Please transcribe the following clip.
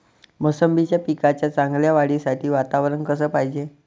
मोसंबीच्या पिकाच्या चांगल्या वाढीसाठी वातावरन कस पायजे?